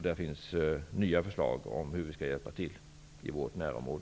Där finns nya förslag om hur vi skall hjälpa till i vårt närområde.